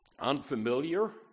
unfamiliar